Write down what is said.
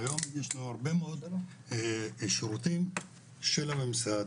היום יש הרבה מאוד שירותים של הממסד